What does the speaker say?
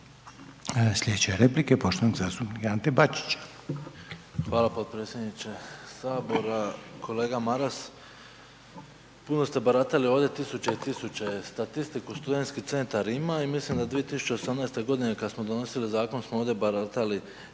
Slijedeća je replika poštovanog zastupnika Ante Bačića.